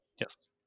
Yes